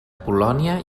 polònia